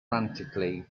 frantically